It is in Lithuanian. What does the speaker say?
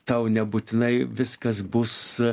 tau nebūtinai viskas bus